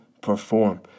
perform